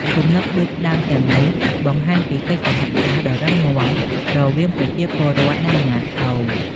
គំនិតផ្តួចផ្តើមទាំងនេះបង្ហាញពីកិច្ចសហការដ៏រឹងមាំរវាងប្រជាពលរដ្ឋ និងអាជ្ញាធរ។